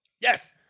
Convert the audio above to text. Yes